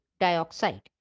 dioxide